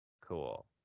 Cool